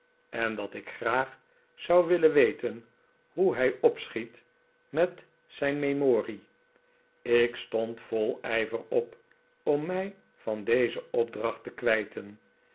en dat ik graag zou willen weten hoe hij opschiet met zijn memorie ik stond vol ijver op om mij van deze opdracht te kwijten